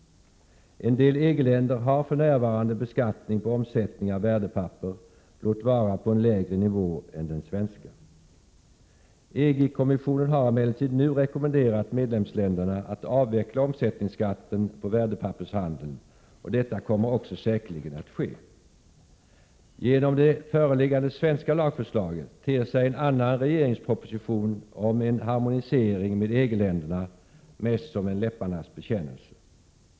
En del EG-länder har för närvarande en beskattning på omsättningen av värdepapper, låt vara på en lägre nivå än den svenska. EG-kommissionen har emellertid nu rekommenderat medlemsländerna att avveckla omsättningsskatten på värdepappershandeln, och detta kommer också säkerligen att ske. Genom det föreliggande svenska lagförslaget ter sig en annan regeringsproposition om en harmonisering med EG-länderna mest som en läpparnas bekännelse.